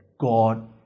God